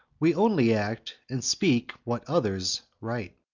we only act and speak what others write.